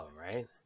right